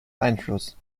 einfluss